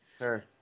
Sure